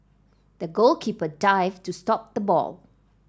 the goalkeeper dived to stop the ball